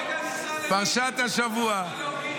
רגע, נקרא למירי.